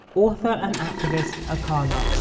author and activist, akala.